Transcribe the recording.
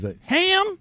Ham